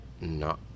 No